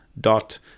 dot